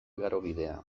igarobidea